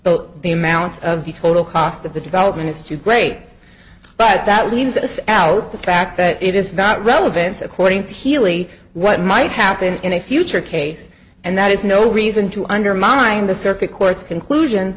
the the amount of the total cost of the development is too great but that leaves us out the fact that it is not relevant according to healy what might happen in a future case and that is no reason to undermine the circuit court's conclusion